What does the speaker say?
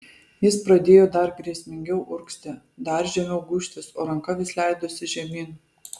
jis pradėjo dar grėsmingiau urgzti dar žemiau gūžtis o ranka vis leidosi žemyn